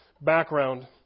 background